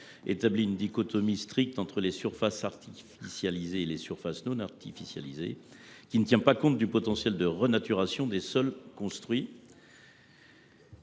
établit une dichotomie stricte entre les surfaces artificialisées ou non, qui ne tient pas compte du potentiel de renaturation des sols construits.